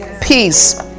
peace